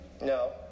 No